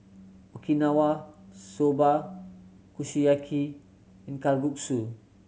Okinawa Soba Kushiyaki and Kalguksu